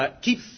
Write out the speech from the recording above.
Keep